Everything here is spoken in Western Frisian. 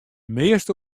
measte